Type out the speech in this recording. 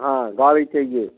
हाँ गाड़ी चाहिए